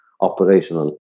operational